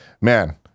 man